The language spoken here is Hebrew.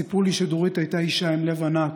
סיפרו לי שדורית הייתה אישה עם לב ענק,